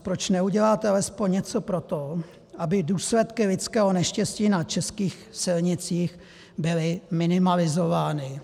Proč neuděláte alespoň něco pro to, aby důsledky lidského neštěstí na českých silnicích byly minimalizovány?